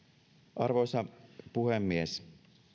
arvoisa puhemies